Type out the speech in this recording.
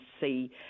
see